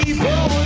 people